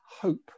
hope